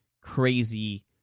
crazy